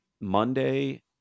Monday